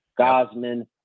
Gosman